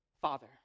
Father